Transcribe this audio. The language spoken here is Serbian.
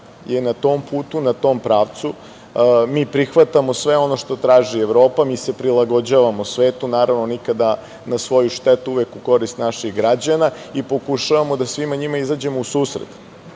je na tom putu, na tom pravcu. Mi prihvatamo sve ono što traži Evropa, mi se prilagođavamo svetu, naravno nikada na svoju štetu, uvek u korist naših građana i pokušavamo da svima njima izađemo u susret.